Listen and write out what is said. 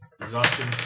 Exhaustion